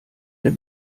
der